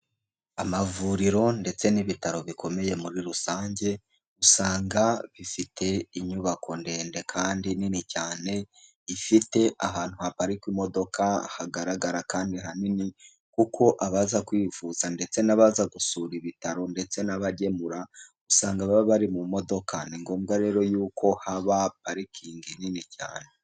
Amavuriro ndetse n'ibitaro bikomeye muri rusange, usanga bifite inyubako ndende kandi nini cyane, ifite ahantu haparikwa imodoka hagaragara kandi hanini, kuko abaza kwivuza ndetse n'abaza gusura ibitaro ndetse n'abagemura ,usanga baba bari mu modoka. Ni ngombwa rero y'uko haba parikingi nini cyane.